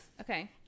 okay